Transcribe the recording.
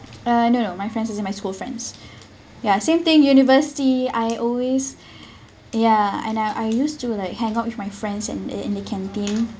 uh no no my friends as in my school friends ya same thing university I always ya and I I used to like hang out with my friends in in in the canteen